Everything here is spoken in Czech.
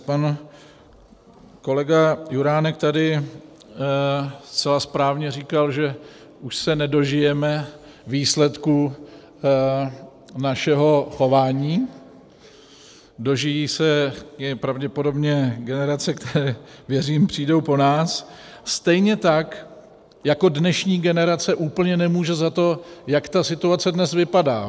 Pan kolega Juránek tady zcela správně říkal, že už se nedožijeme výsledku našeho chování, dožijí se jej pravděpodobně generace, které, věřím, přijdou po nás, stejně tak jako dnešní generace úplně nemůže za to, jak ta situace dnes vypadá.